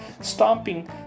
stomping